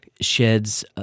sheds